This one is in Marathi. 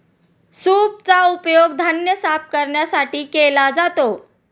सूपचा उपयोग धान्य साफ करण्यासाठी केला जातो